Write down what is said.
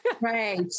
Right